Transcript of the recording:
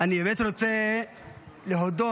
אני באמת רוצה להודות,